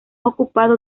ocupado